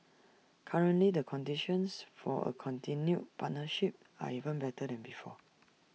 currently the conditions for A continued partnership are even better than before